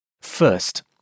First